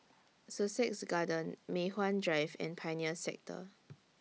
Sussex Garden Mei Hwan Drive and Pioneer Sector